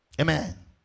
Amen